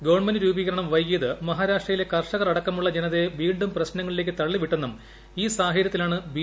government രൂപീകരണം വൈകിയത് മഹാരാഷ്ട്രയിലെ കർഷകർ അടക്കമുള്ള ജനതയെ വീണ്ടും പ്രശ്നങ്ങളിലേക്ക് തള്ളിവിട്ടെന്നും ഈ സാഹചര്യത്തിലാണ് ബി